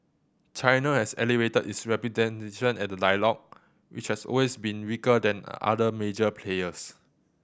China has elevated its representation at the dialogue which has always been weaker than other major players